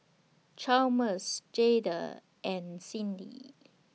Chalmers Jayde and Cindy